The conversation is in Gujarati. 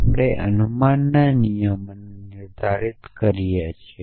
આપણે અનુમાનના નિયમની નિર્ધારિત કરીએ છીએ